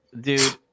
dude